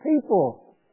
people